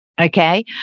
Okay